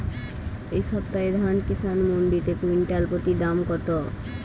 এই সপ্তাহে ধান কিষান মন্ডিতে কুইন্টাল প্রতি দাম কত?